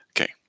okay